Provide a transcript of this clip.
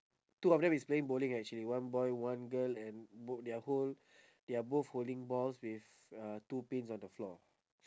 two of them is playing bowling actually one boy one girl and bo~ they're hold~ they're both holding balls with uh two pins on the floor